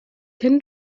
can